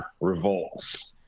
revolts